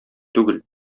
түгел